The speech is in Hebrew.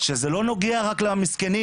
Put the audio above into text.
שזה לא נוגע רק למסכנים.